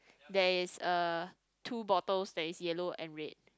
there is uh two bottles that is yellow and red